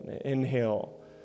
Inhale